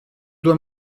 dois